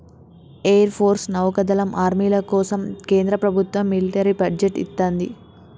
air force, నౌకాదళం, ఆర్మీల కోసం కేంద్ర ప్రభత్వం మిలిటరీ బడ్జెట్ ఇత్తంది